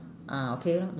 ah okay mm